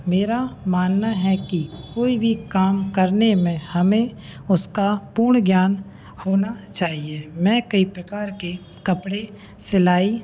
मेरा मानना है कि कोई भी काम करने में हमें उसका पूर्ण ज्ञान होना चाहिए मैं कई प्रकार के कपड़े सिलाई